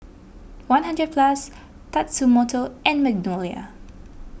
one hundred Plus Tatsumoto and Magnolia